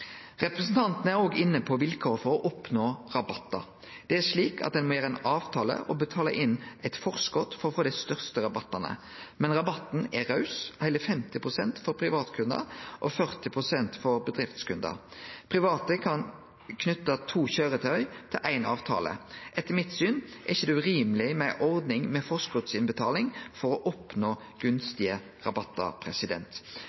Representanten er òg inne på vilkår for å oppnå rabattar. Det er slik at ein må gjere ein avtale og betale inn eit forskot for å få dei største rabattane, men rabatten er raus: heile 50 pst. for privatkundar og 40 pst. for bedriftskundar. Private kan knyte to køyretøy til éin avtale. Etter mitt syn er det ikkje urimeleg med ei ordning med forskotsinnbetaling for å oppnå